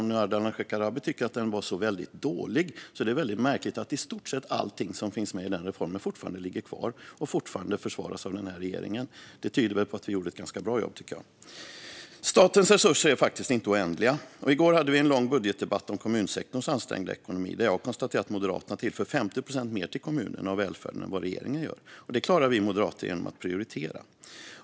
Om nu Ardalan Shekarabi tycker att den var så väldigt dålig är det väldigt märkligt att i stort sett allting som fanns med i den reformen fortfarande ligger kvar och fortfarande försvaras av denna regering. Det tyder väl på att vi gjorde ett ganska bra jobb, tycker jag. Statens resurser är faktiskt inte oändliga. I går hade vi en lång budgetdebatt om kommunsektorns ansträngda ekonomi. Där konstaterade jag att Moderaterna tillför 50 procent mer till kommunerna och välfärden än vad regeringen gör, och det klarar vi moderater genom att prioritera.